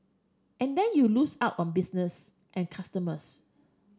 and then you lose out on business and customers